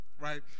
right